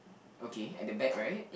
okay at the back right